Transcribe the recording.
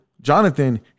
Jonathan